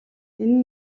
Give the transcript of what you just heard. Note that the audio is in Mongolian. энэ